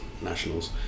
Nationals